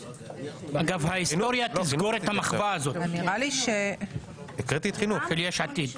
אגב, ההיסטוריה תזכור את המחווה הזאת של יש עתיד.